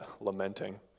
lamenting